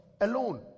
alone